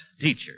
teacher